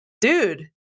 dude